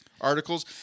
articles